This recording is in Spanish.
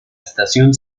estación